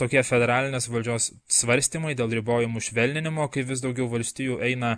tokie federalinės valdžios svarstymai dėl ribojimų švelninimo kai vis daugiau valstijų eina